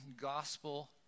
gospel